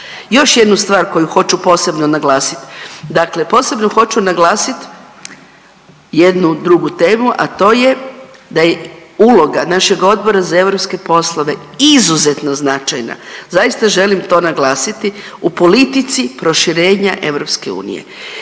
Još jednu stvar koju hoću posebno naglasiti. Dakle, posebno hoću naglasit jednu drugu temu, a to je da je uloga našeg Odbora za europske poslove izuzetno značajna. Zaista želim to naglasiti u politici proširenja EU.